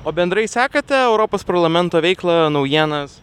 o bendrai sekate europos parlamento veiklą naujienas